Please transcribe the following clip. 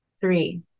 three